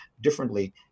differently